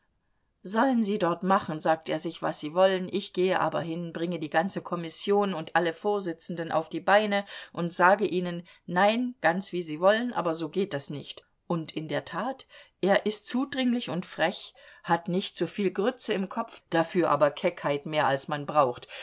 sollen sie dort machen sagt er sich was sie wollen ich gehe aber hin bringe die ganze kommission und alle vorsitzenden auf die beine und sage ihnen nein ganz wie sie wollen aber so geht das nicht und in der tat er ist zudringlich und frech hat nicht zuviel grütze im kopf dafür aber keckheit mehr als man braucht